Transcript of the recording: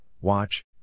watch